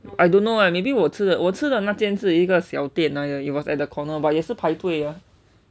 I don't know eh maybe 我吃的我吃的那间是一个小店来的 it was at the corner but 也是排队的